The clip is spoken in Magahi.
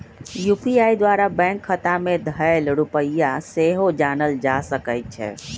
यू.पी.आई द्वारा बैंक खता में धएल रुपइया सेहो जानल जा सकइ छै